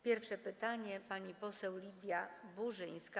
Pierwsze pytanie - pani poseł Lidia Burzyńska.